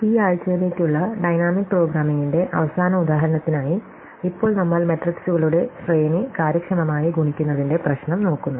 ഈ ആഴ്ചയിലേക്കുള്ള ഡൈനാമിക് പ്രോഗ്രാമിംഗിന്റെ അവസാന ഉദാഹരണത്തിനായി ഇപ്പോൾ നമ്മൾ മെട്രിക്സുകളുടെ ശ്രേണി കാര്യക്ഷമമായി ഗുണിക്കുന്നതിന്റെ പ്രശ്നം നോക്കുന്നു